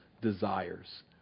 desires